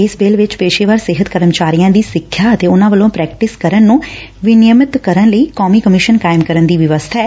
ਇਸ ਬਿੱਲ ਵਿਚ ਪੇਸ਼ੇਵਾਰ ਸਿਹਤ ਕਰਮਚਾਰੀਆਂ ਦੀ ਸਿਖਿਆ ਅਤੇ ਉਨ੍ਹਾਂ ਵੱਲੋਂ ਪ੍ਰੈਕਟਿਸ ਕਰਨ ਨੂੰ ਵਿਨਿਯਮਿਤ ਕਰਨ ਲਈ ਕੌਮੀ ਕਮਿਸ਼ਨ ਕਾਇਮ ਕਰਨ ਦੀ ਵਿਵਸਥਾ ਐ